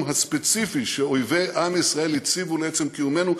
הספציפי שאויבי עם ישראל הציבו לעצם קיומנו.